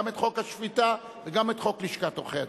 גם את חוק השפיטה וגם את חוק לשכת עורכי-הדין.